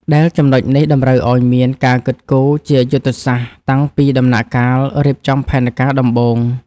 ដែលចំណុចនេះតម្រូវឱ្យមានការគិតគូរជាយុទ្ធសាស្ត្រតាំងពីដំណាក់កាលរៀបចំផែនការដំបូង។